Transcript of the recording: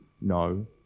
no